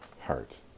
heart